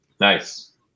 nice